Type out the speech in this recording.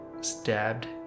stabbed